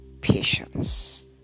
patience